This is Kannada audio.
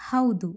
ಹೌದು